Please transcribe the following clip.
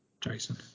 Jason